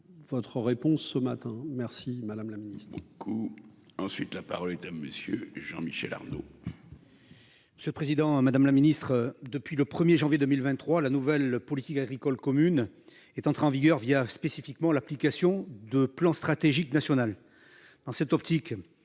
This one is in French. Votre réponse ce matin. Merci madame la ministre.